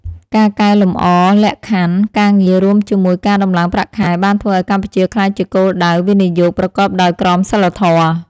ការកែលម្អលក្ខខណ្ឌការងាររួមជាមួយការដំឡើងប្រាក់ខែបានធ្វើឱ្យកម្ពុជាក្លាយជាគោលដៅវិនិយោគប្រកបដោយក្រមសីលធម៌។